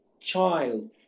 child